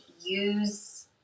use